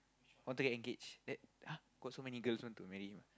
want to get engaged then !huh! got so many girls want to marry him ah